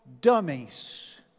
dummies